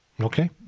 Okay